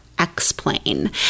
explain